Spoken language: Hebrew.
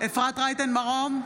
אפרת רייטן מרום,